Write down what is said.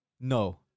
No